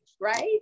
right